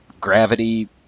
gravity